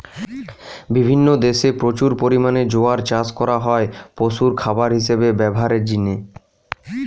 বিভিন্ন দেশে প্রচুর পরিমাণে জোয়ার চাষ করা হয় পশুর খাবার হিসাবে ব্যভারের জিনে